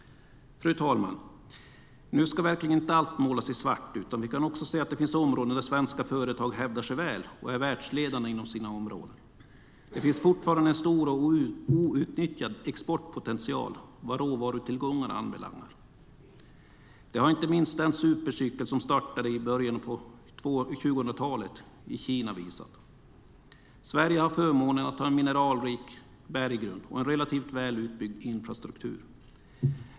Fru talman! Nu ska verkligen inte allt målas i svart, utan vi kan också se att det finns områden där svenska företag hävdar sig väl och är världsledande. Det finns fortfarande en stor och outnyttjad exportpotential vad råvarutillgångar anbelangar. Det har inte minst den supercykel som startade i början på 2000-talet i Kina visat. Sverige har förmånen att ha en mineralrik berggrund och en relativt väl utbyggd infrastruktur.